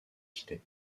filets